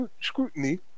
scrutiny